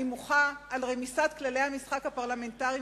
אני מוחה על רמיסת כללי המשחק הפרלמנטריים